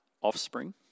offspring